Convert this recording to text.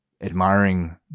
admiring